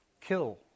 Kill